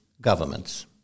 governments